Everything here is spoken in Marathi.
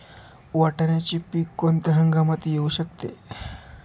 वाटाण्याचे पीक कोणत्या हंगामात येऊ शकते?